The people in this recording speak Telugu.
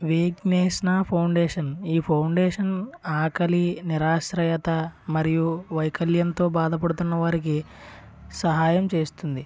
విగ్నేశన ఫౌండేషన్ ఈ ఫౌండేషన్ ఆకలి నిరాశ్రయత మరియు వైకల్యంతో బాధపడుతున్న వారికి సహాయం చేస్తుంది